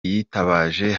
yitabaje